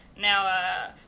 Now